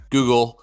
Google